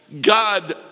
God